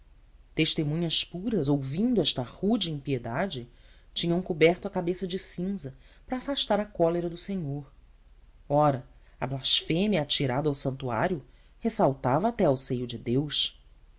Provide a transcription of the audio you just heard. testemunhas puras ouvindo esta rude impiedade tinham coberto a cabeça de cinza para afastar a cólera do senhor ora a blasfêmia atirada ao santuário ressaltava até ao seio de deus